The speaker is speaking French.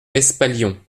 espalion